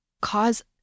cause